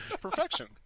perfection